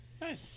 Nice